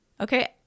Okay